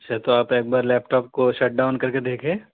اچھا تو آپ ایک بار لیپٹاپ کو شٹڈاؤن کر کے دیکھے